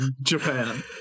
Japan